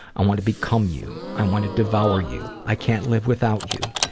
i want to become you. i want to devour you. i can't live without you.